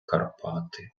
карпати